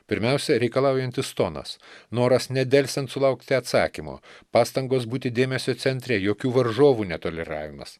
pirmiausia reikalaujantis tonas noras nedelsiant sulaukti atsakymo pastangos būti dėmesio centre jokių varžovų netoleravimas